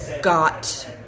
got